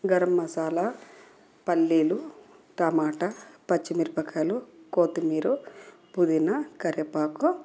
గరం మసాలా పల్లీలు టమాట పచ్చిమిరపకాయలు కొత్తిమీర పుదీనా కరివేపాకు